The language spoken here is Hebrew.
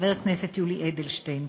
חבר הכנסת יולי אדלשטיין,